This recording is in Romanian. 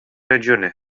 regiune